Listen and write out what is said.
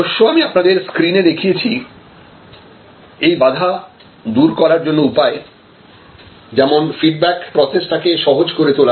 অবশ্য আমি আপনাদের স্ক্রিনে দেখিয়েছি এই বাধা দূর করার জন্য উপায় যেমন ফিডব্যাক প্রসেস টাকে সহজ করে তোলা